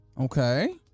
Okay